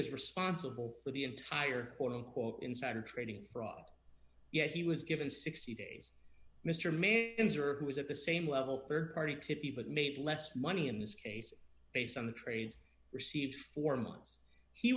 is responsible for the entire quote unquote insider trading fraud yet he was given sixty days mr mann who was at the same level rd party but made less money in this case based on the trades received four months he